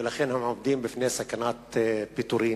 ולכן הם בסכנת פיטורים,